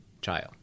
child